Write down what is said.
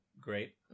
great